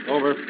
Over